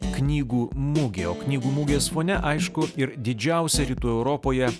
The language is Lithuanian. knygų mugė o knygų mugės fone aišku ir didžiausia rytų europoje